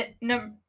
number